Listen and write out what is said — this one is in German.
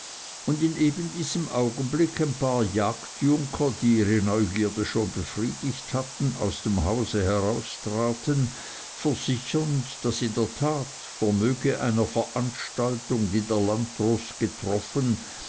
und in ebendiesem augenblick ein paar jagdjunker die ihre neugierde schon befriedigt hatten aus dem hause heraustraten versichernd daß in der tat vermöge einer veranstaltung die der landdrost getroffen